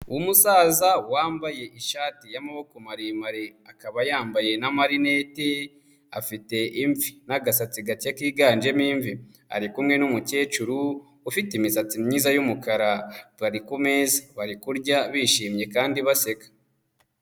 Umusaza wambaye ishati y'amaboko maremare akaba yambaye n'amarinete afite imvi n'agasatsi gake kiganjemo imvi, ari kumwe n'umukecuru ufite imisatsi myiza y'umukara, bari kumeza bari kurya bishimye kandi baseka.